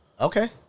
Okay